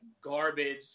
garbage